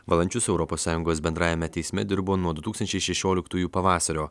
valančius europos sąjungos bendrajame teisme dirbo nuo du tūkstančiai šešioliktųjų pavasario